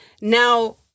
Now